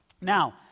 Now